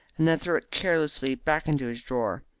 and then threw it carelessly back into its drawer.